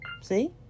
See